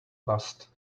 bust